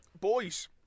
Boys